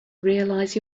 realize